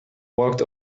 walked